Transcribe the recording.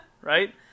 Right